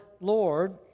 Lord